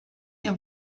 ihr